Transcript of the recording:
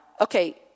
okay